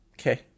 Okay